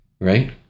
Right